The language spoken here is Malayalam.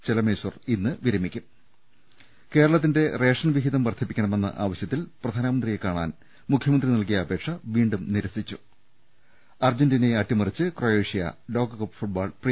ചെല മേശ്വർ ഇന്ന് വിരമിക്കും കേരളത്തിന്റെ റേഷൻ വിഹിതം വർദ്ധിപ്പിക്കണമെന്ന ആവശ്യത്തിൽ പ്രധാനമന്ത്രിയെ കാണാൻ മുഖ്യമന്ത്രി നൽകിയ അപേക്ഷ വീണ്ടും നിരസിച്ചു അർജന്റീനയെ അട്ടിമറിച്ച് ക്രൊയേഷ്യ ലോകകപ്പ് ഫുട്ബോൾ പ്രീ